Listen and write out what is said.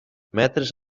metres